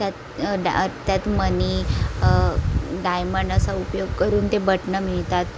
त्यात ड त्यात मणी डायमंड असा उपयोग करून ते बटनं मिळतात